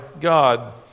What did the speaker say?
God